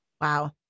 Wow